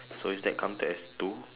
so is that counted as two